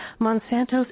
Monsanto's